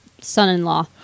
son-in-law